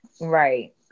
right